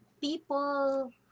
people